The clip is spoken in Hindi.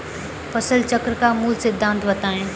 फसल चक्र का मूल सिद्धांत बताएँ?